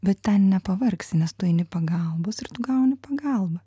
bet nepavargsi nes tu eini pagalbos ir tu gauni pagalbą